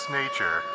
nature